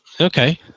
okay